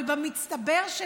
אבל במצטבר,